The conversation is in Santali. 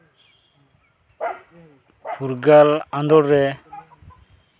ᱯᱷᱩᱨᱜᱟᱹᱞ ᱟᱸᱫᱳᱲ ᱨᱮ